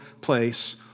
place